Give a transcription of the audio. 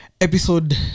episode